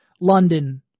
London